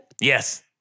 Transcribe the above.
Yes